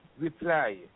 reply